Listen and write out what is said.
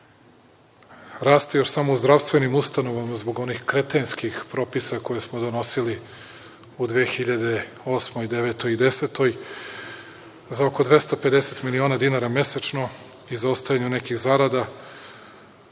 Raste još samo u zdravstvenim ustanovama zbog onih kretenskih propisa koje smo donosili u 2008, 2009. i 2010. godini, za oko 250 miliona dinara mesečno i zaostajanje nekih zarada,